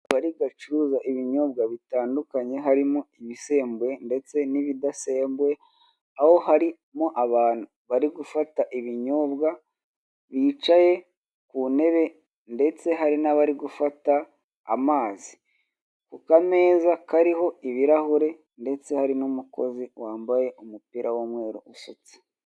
Akabari gacuruza ibinyobwa bitandukanye, harimo ibisembuye ndetse n'ibidasembuye, aho harimo abantu bari gufata ibinyobwa, bicaye ku ntebe, ndetse hari n'abari gufata amazi. Ku kameza kariho ibirahure, ndetse hari n'umukozi wambaye umupira w'umweru, usutse.